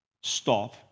Stop